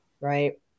right